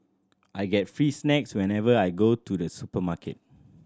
I get free snacks whenever I go to the supermarket